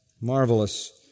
marvelous